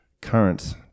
current